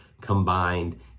combined